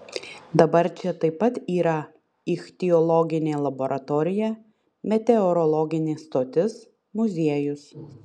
dabar čia taip pat yra ichtiologinė laboratorija meteorologinė stotis muziejus